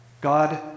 God